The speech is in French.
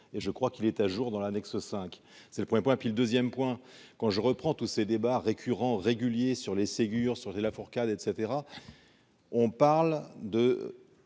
et je crois qu'il est à jour dans l'annexe 5 c'est le point point puis le 2ème point quand je reprends tous ces débats récurrents régulier sur les Ségur sur les Lafourcade, etc, on parle de